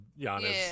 Giannis